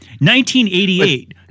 1988